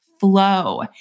flow